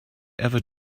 ever